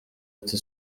ati